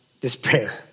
despair